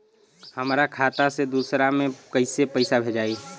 हमरा खाता से दूसरा में कैसे पैसा भेजाई?